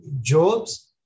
Job's